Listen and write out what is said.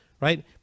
Right